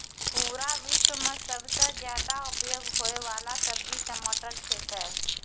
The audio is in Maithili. पूरा विश्व मॅ सबसॅ ज्यादा उपयोग होयवाला सब्जी टमाटर छेकै